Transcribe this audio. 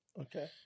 Okay